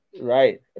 right